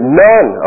none